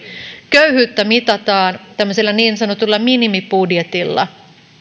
köyhyyttä mitataan tämmöisellä niin sanotulla minimibudjetilla